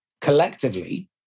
collectively